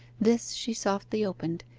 this she softly opened,